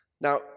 Now